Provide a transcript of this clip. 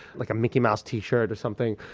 like a mickey mouse t-shirt or something.